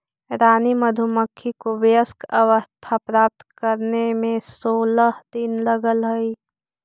रानी मधुमक्खी को वयस्क अवस्था प्राप्त करने में सोलह दिन लगह हई